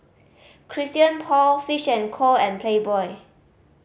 Christian Paul Fish and Co and Playboy